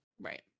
Right